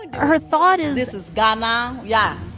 ah her thought is. this is ghana, yeah.